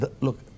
look